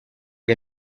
che